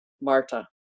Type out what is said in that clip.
Marta